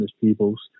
Peoples